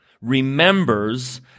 remembers